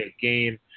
game